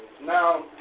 Now